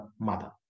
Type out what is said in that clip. mother